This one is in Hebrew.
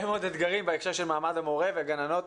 מאוד אתגרים בהקשר של מעמד המורה וגננות.